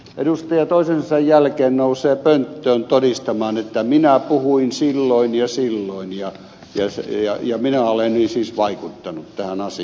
edustaja toisensa jälkeen nousee pönttöön todistamaan että minä puhuin silloin ja silloin ja minä olen siis vaikuttanut tähän asiaan